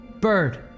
Bird